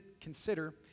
consider